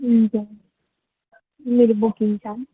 हुन्छ मेरो बुकिङ छ